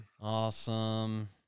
Awesome